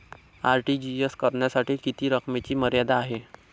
RTGS करण्यासाठी किती रकमेची मर्यादा आहे?